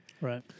Right